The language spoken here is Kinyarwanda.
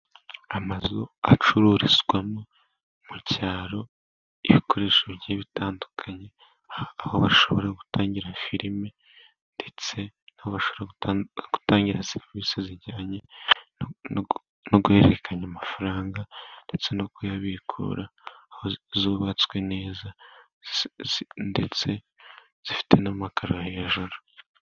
Amazu acururizwamo mu cyaro, ibikoresho bigiye bitandukanye. Aho bashobora gutangira filime ndetse n'abashobora gutanga serivisi zijyanye no guhererekanya amafaranga, ndetse no kuyabikura, aho zubatswe neza ndetse zifite n'amakaro hejuru.